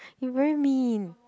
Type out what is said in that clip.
you very mean